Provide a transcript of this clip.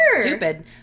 stupid